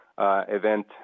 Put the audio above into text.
event